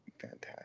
fantastic